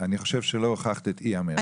אני חושב שלא הוכחת את אי אמירת האמת.